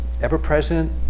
ever-present